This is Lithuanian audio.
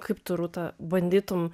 kaip tu rūta bandytum